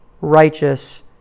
righteous